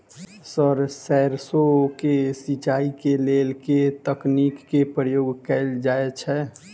Sir सैरसो केँ सिचाई केँ लेल केँ तकनीक केँ प्रयोग कैल जाएँ छैय?